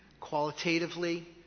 qualitatively